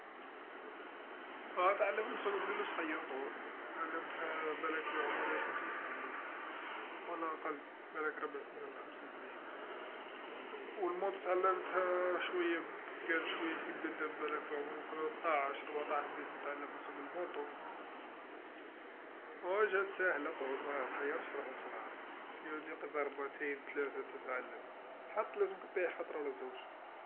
أتعلمت نسوق الدراجه صغير طول، تعلمتها بلاك في عمري خمس سنين و لا أقل بلاك ربع سنين و لا خمس سنين، و الموط تعلمتها شويا قال شويا كيبدا الدا بلاك في عمري ثلاثاعش، ربعتاعش بديت نتعلم نسوق الموطو، و جات ساهلا طول متحيرش روحك خلاص، يا ودي قد ضربتين ثلاثا انت تعلمت، حق لازمك طيح خطرا و لا زوج.